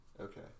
Okay